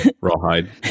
Rawhide